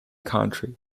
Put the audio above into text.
country